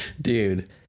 dude